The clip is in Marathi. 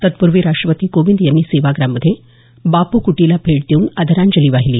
तत्पूर्वी राष्ट्रपती कोविंद यांनी सेवाग्राममध्ये बापूकुटीला भेट देऊन आदरांजली वाहिली